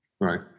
Right